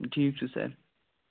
ٹھیٖک چھُ سر